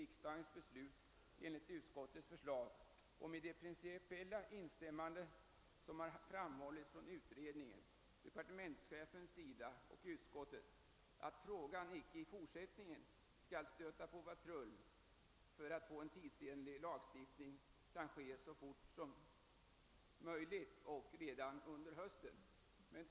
utskottets förslag är det min förhoppning att det principiella instämmandet från utredningen, departementschefen och utskottet skall göra att frågan icke i fortsättningen stöter på patrull utan att vi får en tidsenlig lagstiftning så fort som möjligt redan under hösten.